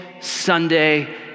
Sunday